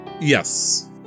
Yes